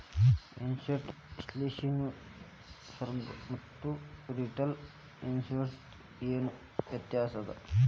ಇನ್ಸ್ಟಿಟ್ಯೂಷ್ನಲಿನ್ವೆಸ್ಟರ್ಸ್ಗು ಮತ್ತ ರಿಟೇಲ್ ಇನ್ವೆಸ್ಟರ್ಸ್ಗು ಏನ್ ವ್ಯತ್ಯಾಸದ?